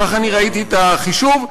ככה ראיתי את החישוב.